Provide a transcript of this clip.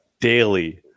daily